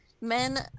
men